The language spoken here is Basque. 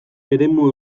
eremu